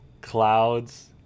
clouds